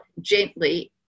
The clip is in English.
gently